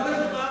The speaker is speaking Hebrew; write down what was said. לא מדובר,